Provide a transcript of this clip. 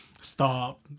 Stop